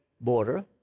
border